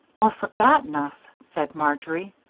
or forgotten us, said marjory.